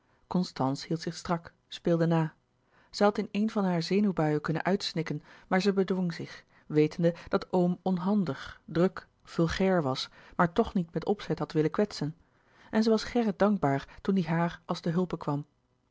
hield zich strak speelde na zij had in eene van hare zenuwbuien kunnen uitsnikken maar zij bedwong zich weten de dat oom onhandig druk vulgair was maar louis couperus de boeken der kleine zielen toch niet met opzet had willen kwetsen en zij was gerrit dankbaar toen die haar als te hulpe kwam